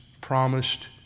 promised